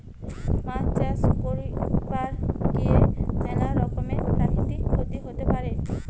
মাছ চাষ কইরার গিয়ে ম্যালা রকমের প্রাকৃতিক ক্ষতি হতে পারে